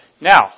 Now